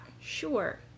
sure